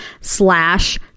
slash